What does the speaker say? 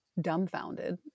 dumbfounded